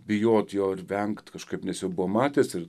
bijot jo ir vengt kažkaip nes jau buvo matęs ir